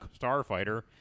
Starfighter